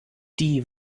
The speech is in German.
die